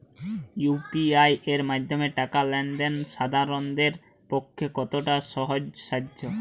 UPI এর মাধ্যমে টাকা লেন দেন সাধারনদের পক্ষে কতটা সহজসাধ্য?